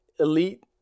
elite